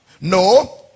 No